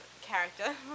character